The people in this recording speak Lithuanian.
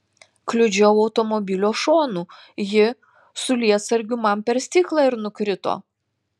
kliudžiau automobilio šonu ji su lietsargiu man per stiklą ir nukrito